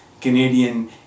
Canadian